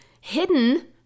hidden